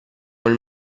col